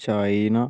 China